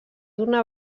d’una